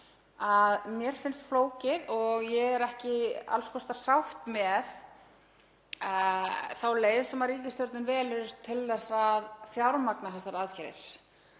að mér finnst flókið, og ég er ekki alls kostar sátt með þá leið sem ríkisstjórnin velur til að fjármagna þessar aðgerðir.